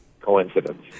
coincidence